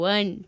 One